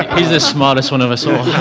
he's the smartest one of us all.